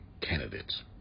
candidates